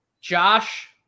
Josh